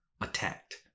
attacked